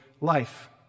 life